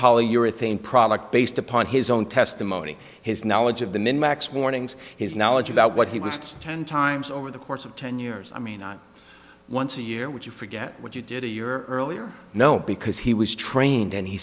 polyurethane product based upon his own testimony his knowledge of the minmax warnings his knowledge about what he lists ten times over the course of ten years i mean not once a year would you forget what you did a year earlier no because he was trained an